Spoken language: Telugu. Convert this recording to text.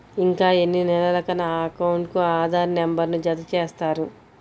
ఇంకా ఎన్ని నెలలక నా అకౌంట్కు ఆధార్ నంబర్ను జత చేస్తారు?